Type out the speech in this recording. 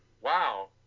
wow